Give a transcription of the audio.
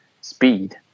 speed